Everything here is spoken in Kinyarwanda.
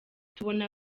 tubona